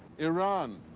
iran,